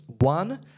One